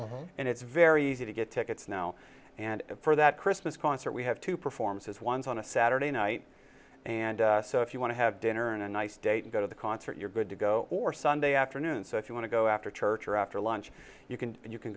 extra and it's very easy to get tickets now and for that christmas concert we have two performances once on a saturday night and so if you want to have dinner in a nice day to go to the concert you're good to go or sunday afternoon so if you want to go after church or after lunch you can and you can